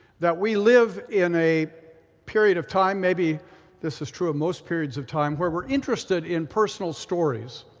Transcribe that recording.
that we live in a period of time maybe this is true of most periods of time where we're interested in personal stories.